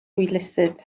hwylusydd